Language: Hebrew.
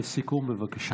לסיכום, בבקשה.